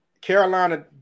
Carolina